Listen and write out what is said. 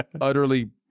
utterly